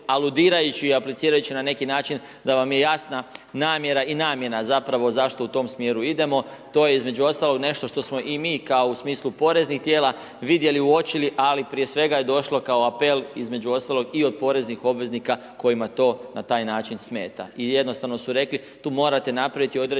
aludirajući i aplicirajući na neki način da vam je jasna namjera i namjena zapravo zašto u tom smjeru idemo. To je između ostalog nešto što smo i mi kao u smislu poreznih tijela vidjeli, uočili, ali prije svega je došlo kao apel između ostalog i od poreznih obveznika kojima to na taj način smeta. I jednostavno su rekli tu morate napraviti određeni